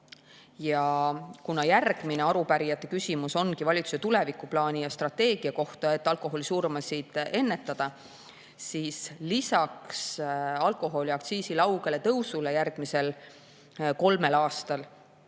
Arupärijate järgmine küsimus ongi valitsuse tulevikuplaani ja strateegia kohta, et alkoholisurmasid ennetada. Lisaks alkoholiaktsiisi laugele tõusule järgmisel kolmel aastal